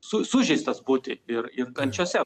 su sužeistas būti ir ir kančiose